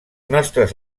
nostres